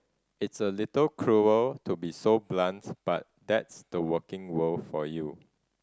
it's a little cruel to be so blunt but that's the working world for you